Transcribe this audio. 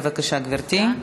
בבקשה, גברתי.